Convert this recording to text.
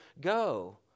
go